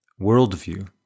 worldview